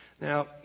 Now